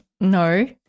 No